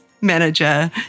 manager